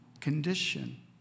condition